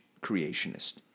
creationist